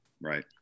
right